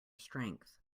strength